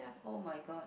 oh-my-god